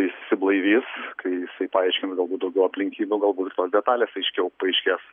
išsiblaivys kai jisai paaiškins galbūt daugiau aplinkybių galbūt ir tos detalės aiškiau paaiškės